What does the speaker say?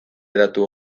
datu